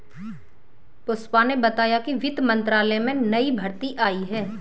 पुष्पा ने बताया कि वित्त मंत्रालय में नई भर्ती आई है